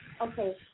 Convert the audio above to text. Okay